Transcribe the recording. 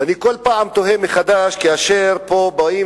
ואני כל פעם תוהה מחדש כאשר פה באים